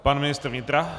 Pan ministr vnitra.